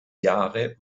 jahre